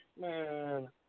man